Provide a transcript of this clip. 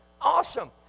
Awesome